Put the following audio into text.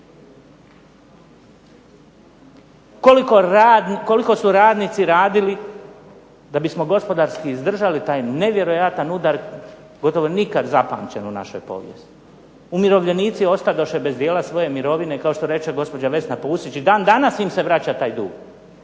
Koliko su radnici radili da bismo gospodarski izdržali taj nevjerojatan udar gotovo nikad zapamćen u našoj povijesti. Umirovljenici ostadoše bez dijela svoje mirovine, kao što reče gospođa Vesna Pusić, i dan danas im se vraća taj dug.